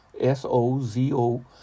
S-O-Z-O